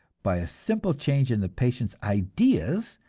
by a simple change in the patient's ideas,